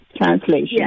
translation